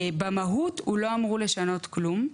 במהות הוא לא אמור לשנות כלום,